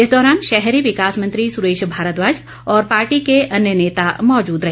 इस दौरान शहरी विकास मंत्री सुरेश भारद्वाज और पार्टी के अन्य नेता मौजूद रहे